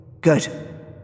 Good